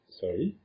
sorry